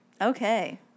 Okay